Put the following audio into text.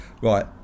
Right